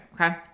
okay